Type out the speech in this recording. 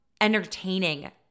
entertaining